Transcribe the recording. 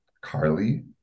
Carly